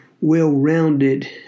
well-rounded